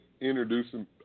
introducing